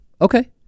Okay